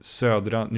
södra